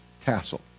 tassel